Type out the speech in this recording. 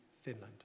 Finland